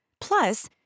Plus